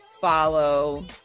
Follow